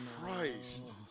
Christ